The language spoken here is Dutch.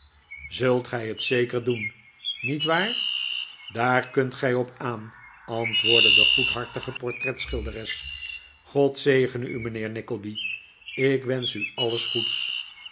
zult gij het zeker doen niet waar daar kunt gij op aan antwoordde de goedhartige portretschilderes god zegene u mijnheer nickleby ik wensch u alles goeds